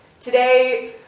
Today